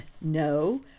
No